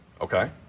Okay